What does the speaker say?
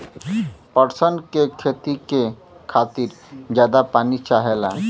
पटसन के खेती के खातिर जादा पानी चाहला